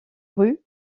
rue